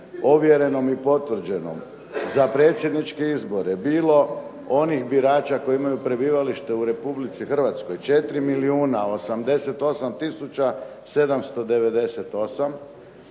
ovjerenom i potvrđenom za predsjedničke izbore bilo onih birača koji imaju prebivalište u Republici Hrvatskoj 4 milijuna 88 tisuća 798